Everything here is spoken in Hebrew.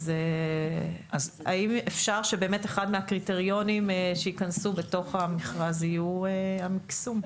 האם אפשר שבאמת אחד מהקריטריונים שייכנסו בתוך המכרז יהיה המקסום?